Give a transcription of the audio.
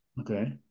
Okay